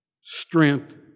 strength